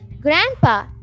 Grandpa